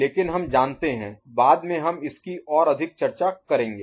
लेकिन हम जानते हैं बाद में हम इसकी और अधिक चर्चा करेंगे